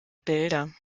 bilder